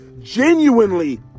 genuinely